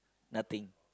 nothing